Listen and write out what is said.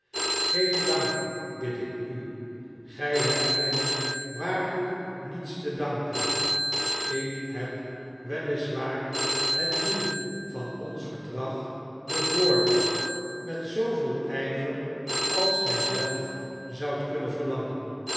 geen dank bid ik u gij hebt mij waarlijk niets te danken ik heb wel is waar het doel van ons verdrag bevorderd met zooveel ijver als gij zelf zoudt kunnen verlangen